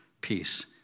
Peace